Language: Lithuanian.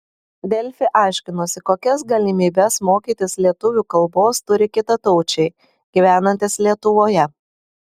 delfi aiškinosi kokias galimybes mokytis lietuvių kalbos turi kitataučiai gyvenantys lietuvoje